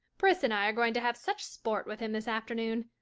pris and i are going to have such sport with him this afternoon.